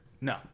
No